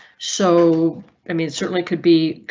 so i mean, it certainly could be.